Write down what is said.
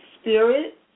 Spirit